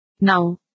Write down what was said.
Now